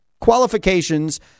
qualifications